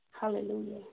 Hallelujah